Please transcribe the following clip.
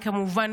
כמובן,